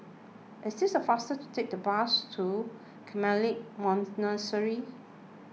It is faster to take the bus to Carmelite Monastery